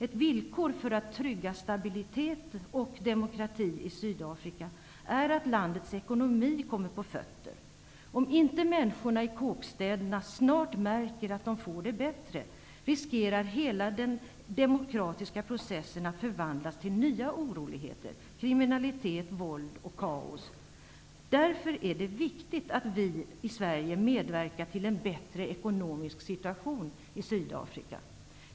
Ett villkor för att trygga stabilitet och demokrati i Sydafrika är att landets ekonomi kommer på fötter. Om inte människorna i kåkstäderna snart märker att de får det bättre, riskerar hela den demokratiska processen att förvandlas till nya oroligheter, kriminalitet, våld och kaos. Därför är det viktigt att vi i Sverige medverkar till en bättre ekonomisk situation i Sydafrika.